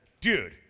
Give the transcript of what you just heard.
Dude